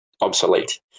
obsolete